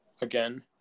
again